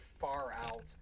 far-out